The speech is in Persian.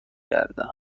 گردم